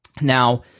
Now